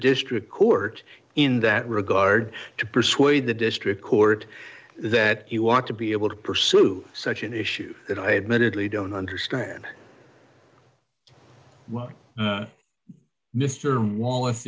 district court in that regard to persuade the district court that you want to be able to pursue such an issue that i admittedly don't understand well mr wall